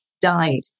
died